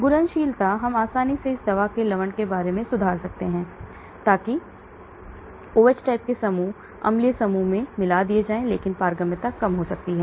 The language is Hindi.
घुलनशीलता हम आसानी से इस दवा से लवण बनाने में सुधार कर सकते हैं ताकि OH type के समूह अम्लीय समूहों में डाल दिया जाए लेकिन पारगम्यता कम हो सकती है